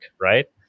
right